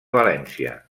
valència